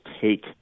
take